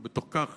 ובתוך כך